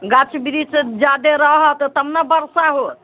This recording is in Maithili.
गाछ वृक्ष जादे रहत तब ने बरसा होयत